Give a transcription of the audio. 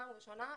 פעם ראשונה,